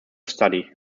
study